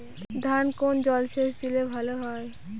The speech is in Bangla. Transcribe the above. ধানে কোন জলসেচ দিলে ভাল হয়?